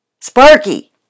Sparky